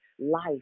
life